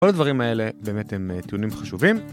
כל הדברים האלה באמת הם טיעונים חשובים.